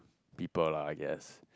people lah I guess